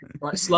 Right